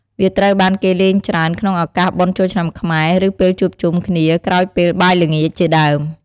វាត្រូវបានគេលេងច្រើនក្នុងឱកាសបុណ្យចូលឆ្នាំខ្មែរ ឬពេលជួបជុំគ្នាក្រោយពេលបាយល្ងាចជាដើម។